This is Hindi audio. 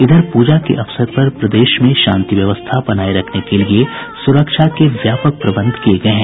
इधर पूजा के अवसर पर प्रदेश में शांति व्यवस्था बनाये रखने के लिए सुरक्षा के व्यापक इंतजाम किये गये हैं